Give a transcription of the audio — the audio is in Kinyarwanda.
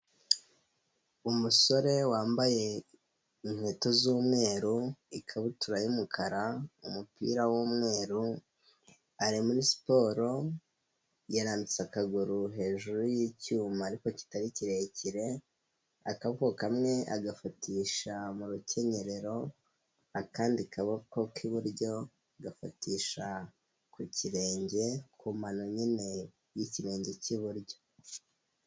Umusore wambaye inkweto z'umweru, ikabutura y'umukara, umupira w'umweru ari muri siporo yarambitse akaguru hejuru y'icyuma ariko kitari kirekire, akaboko kamwe agafatisha mu rukenyerero akandi kaboko k'iburyo agafatisha ku kirenge ku mano nyine y'ikirenge cy'iburyo.